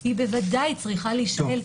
היא בוודאי צריכה להישאל,